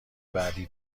بعدی